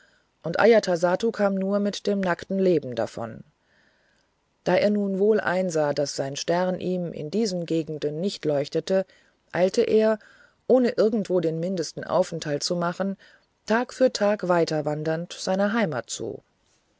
und ajatasattu kam nur mit dem nackten leben davon da er nun wohl einsah daß sein stern ihm in diesen gegenden nicht leuchtete eilte er ohne irgendwo den mindesten aufenthalt zu machen tag für tag weiter wandernd seiner heimat zu